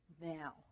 now